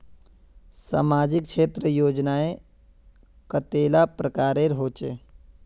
सामाजिक क्षेत्र योजनाएँ कतेला प्रकारेर होचे?